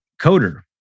coder